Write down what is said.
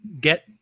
get –